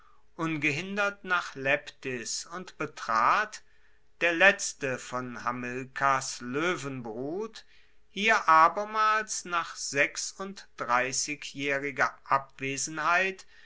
ungehindert nach leptis und betrat der letzte von hamilkars loewenbrut hier abermals nach sechsunddreissigjaehriger abwesenheit